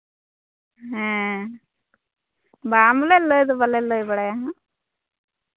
ᱦᱮᱸ ᱵᱟᱝ ᱵᱚᱞᱮ ᱞᱟᱹᱭ ᱫᱚ ᱵᱟᱞᱮ ᱞᱟᱹᱭ ᱵᱟᱲᱟᱭᱟ ᱦᱮᱸ